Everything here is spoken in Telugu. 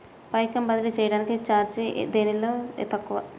పైకం బదిలీ చెయ్యటానికి చార్జీ దేనిలో తక్కువ?